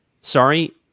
Sorry